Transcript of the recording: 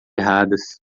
erradas